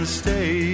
stay